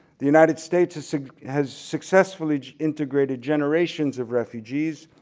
the united states has has successfully integrated generations of refugees,